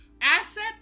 asset